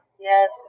Yes